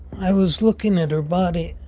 i was looking at her body,